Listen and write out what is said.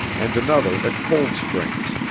and another at cold springs,